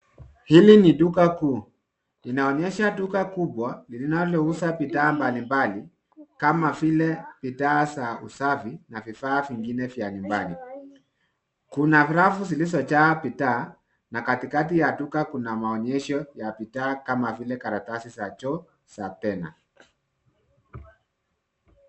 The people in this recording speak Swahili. Hili ni duka kuu. Linaonyesha duka kubwa linalouza bidhaa mbalimbali kama vile bidhaa za usafi na bidhaa zingine vya nyumbani. Kuna rafu zilizojaa bidhaa na katikati ya duka kuna maonyesho ya bidhaa kama vile karatasi za choo za Tena.